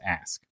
ask